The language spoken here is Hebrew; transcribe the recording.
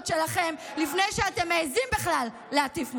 שלכם לפני שאתם מעיזים בכלל להטיף מוסר.